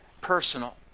personal